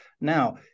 now